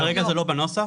כרגע זה לא בנוסח.